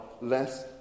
less